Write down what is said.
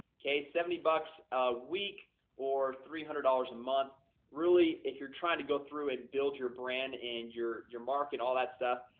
okay, seventy bucks a week or three hundred dollars a month really if you're trying to go through and build your brand and your your mark and all that stuff.